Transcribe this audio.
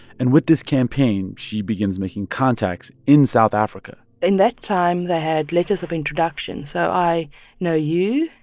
and with this campaign, she begins making contacts in south africa in that time, they had letters of introduction. so i know you,